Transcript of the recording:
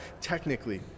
technically